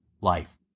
life